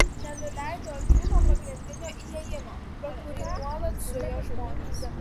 nenuleido akių nuo pagrindinio įėjimo pro kurį nuolat zujo žmonės